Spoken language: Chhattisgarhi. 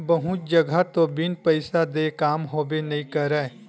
बहुत जघा तो बिन पइसा देय काम होबे नइ करय